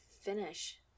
finish